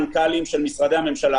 תביאו את המנכ"לים של משרדי הממשלה.